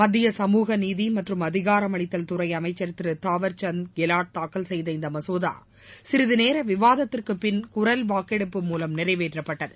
மத்திய சமூக நீதி மற்றும் அதிகாரமளித்தல் துறை அமைச்சர் திரு தாவர்சந்த் கெலாட் தாக்கல் செய்த இந்த மகோதா சிறிது நேர விவாதத்திற்கு பின் குரல் வாக்கு மூலம் நிறைவேற்றப்பட்டது